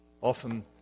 Often